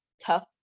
tough